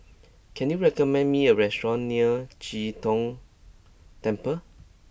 can you recommend me a restaurant near Chee Tong Temple